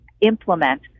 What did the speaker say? implement